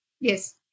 Yes